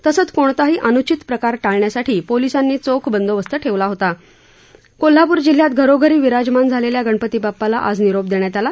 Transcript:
तसंच कोणताही अन्चित प्रकार टाळण्यासाठी पोलिसानी चोख बंदोबस्त ठेवला होता कोल्हापूर जिल्हयात धरोधरी विराजमान झालेल्या गणपती बाप्पाला आज निरोप देण्यात आला